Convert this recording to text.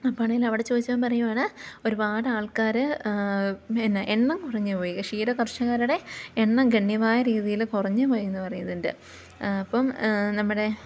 അപ്പണേൽ അവിടെ ചോദിച്ച് പറയുകയാണ് ഒരുപാട് ആൾക്കാർ പിന്നെ എണ്ണം കുറഞ്ഞു പോയി ക്ഷീര കർഷകരുടെ എണ്ണം ഗണ്യമായ രീതിയിൽ കുറഞ്ഞു പോയി എന്നു പറയുന്നുണ്ട് അപ്പം നമ്മുടെ